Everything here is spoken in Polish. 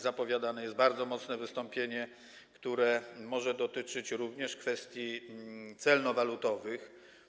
Zapowiadane jest bardzo mocne wystąpienie, które może dotyczyć również kwestii celno-walutowych.